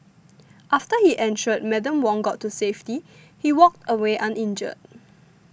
after he ensured Madam Wong got to safety he walked away uninjured